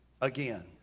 again